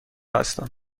هستم